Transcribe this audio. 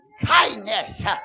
kindness